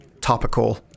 topical